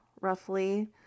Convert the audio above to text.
roughly